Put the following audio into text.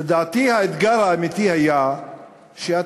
לדעתי, האתגר האמיתי היה שאתה,